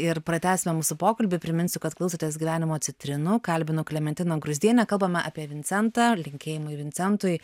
ir pratęsime mūsų pokalbį priminsiu kad klausotės gyvenimo citrinų kalbinu klementiną gruzdienę kalbame apie vincentą linkėjimai vincentui